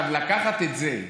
לקחת את זה,